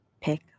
pick